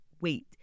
wait